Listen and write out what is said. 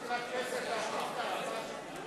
ההצעה להסיר מסדר-היום